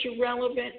relevant